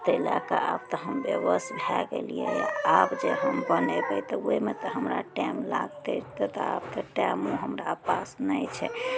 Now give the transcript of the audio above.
तै लऽके आब तऽ हम विवश भए गेलियै आब जे हम बनयबइ तऽ ओइमे तऽ हमरा टाइम लागतइ तथा आब तऽ टाइम हमरा पास नहि छै